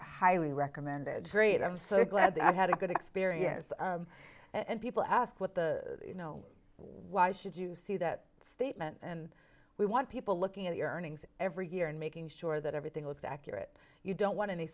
highly recommend it great i'm so glad i had a good experience and people ask what the you know why should you see that statement and we want people looking at the earnings every year and making sure that everything looks accurate you don't want any